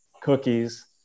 cookies